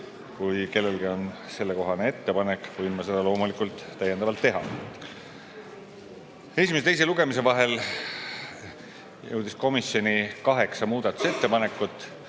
Kui kellelgi on sellekohane ettepanek, võin ma seda loomulikult täiendavalt teha. Esimese ja teise lugemise vahel jõudis komisjoni kaheksa muudatusettepanekut,